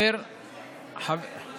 את